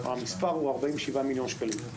המספר הוא 47 מיליון שקלים.